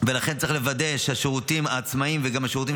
ולכן צריך לוודא שהשירותים העצמיים וגם השירותים